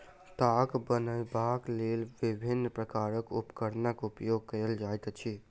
ताग बनयबाक लेल विभिन्न प्रकारक उपकरणक उपयोग कयल जाइत अछि